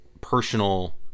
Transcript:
personal